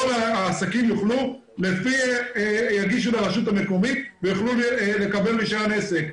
כל העסקים יגישו לרשות המקומית ויוכלו לקבל רישיון עסק.